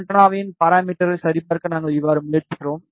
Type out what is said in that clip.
ஆண்டெனாவின் பாராமீட்டர்களை சரிபார்க்க நாங்கள் இவ்வாறு முயற்சிக்கிறோம்